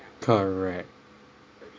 correct